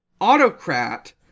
Autocrat